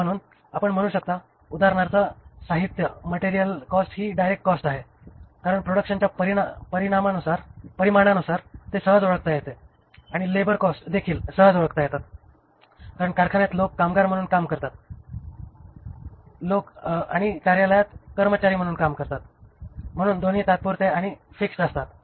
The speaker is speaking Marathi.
म्हणून आपण म्हणू शकता उदाहरणार्थ साहित्य मटेरियल कॉस्ट ही डायरेक्ट कॉस्ट आहे कारण प्रोडक्शनच्या परिमाणानुसार ते सहज ओळखता येते आणि लेबर कॉस्ट देखील सहज ओळखता येतात कारण कारखान्यात लोक कामगार म्हणून काम करतात जे लोक कार्यालयात काम करतात ते कर्मचारी म्हणून संबोधले जातात म्हणून दोन्ही तात्पुरते आणि फिक्स्ड असतात